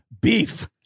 beef